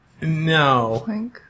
no